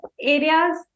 areas